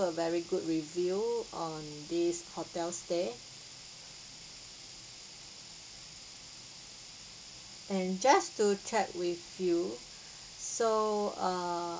a very good review on this hotel stay and just to check with you so err